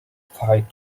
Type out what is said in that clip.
fired